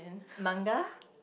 manga